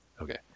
Okay